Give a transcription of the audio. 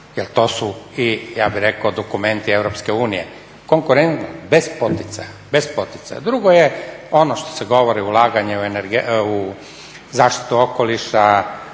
jel to su i ja bih rekao dokumenti EU, konkurentnost bez poticaja. Drugo je ono što se govori ulaganje u zaštitu okoliša,